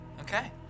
Okay